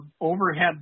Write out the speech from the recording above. overhead